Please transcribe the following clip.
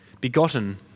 begotten